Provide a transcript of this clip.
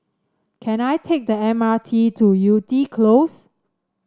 can I take the M R T to Yew Tee Close